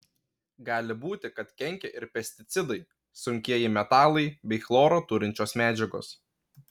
gali būti kad kenkia ir pesticidai sunkieji metalai bei chloro turinčios medžiagos